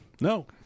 No